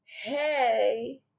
Hey